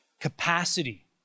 capacity